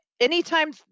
anytime